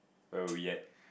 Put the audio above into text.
where were we at